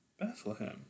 Bethlehem